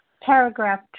paragraph